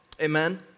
Amen